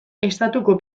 estatuko